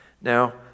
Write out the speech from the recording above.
Now